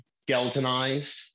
skeletonized